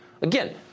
Again